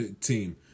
team